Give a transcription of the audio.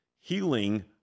healing